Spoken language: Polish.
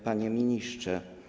Panie Ministrze!